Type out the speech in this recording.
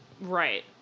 Right